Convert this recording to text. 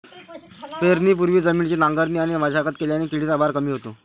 पेरणीपूर्वी जमिनीची नांगरणी आणि मशागत केल्याने किडीचा भार कमी होतो